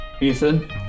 Ethan